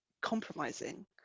compromising